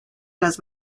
las